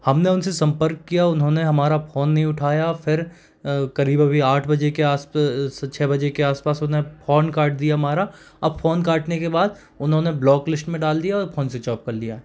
हमने उनसे संपर्क किया उन्होंने हमारा फ़ोन नहीं उठाया फिर क़रीब अभी आठ बजे के आस पास छे बजे के आस पास उन्होंने फ़ोन काट दिया हमारा अब फ़ोन काटने के बाद उन्होंने ब्लॉकलिस्ट में डाल दिया और फ़ोन स्विच ऑफ कर लिया